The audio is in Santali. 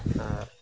ᱟᱨ